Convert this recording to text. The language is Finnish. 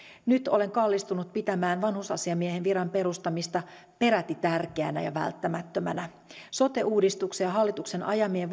nyt olen kallistunut pitämään vanhusasiamiehen viran perustamista peräti tärkeänä ja välttämättömänä sote uudistuksen ja hallituksen ajamien